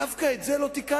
דווקא את זה לא תיקנתם?